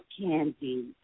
Candy